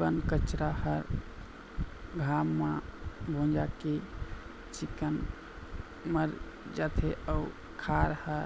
बन कचरा ह घाम म भूंजा के चिक्कन मर जाथे अउ खार ह